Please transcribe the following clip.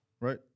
Right